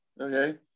Okay